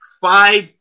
five